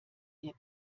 ihr